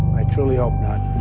i truly hope not.